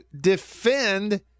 defend